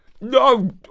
No